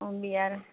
অঁ বিয়াৰ